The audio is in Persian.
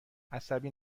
عصبی